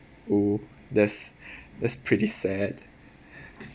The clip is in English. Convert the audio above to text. oh that's that's pretty sad